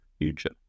future